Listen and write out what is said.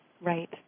Right